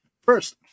First